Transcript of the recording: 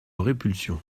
répulsion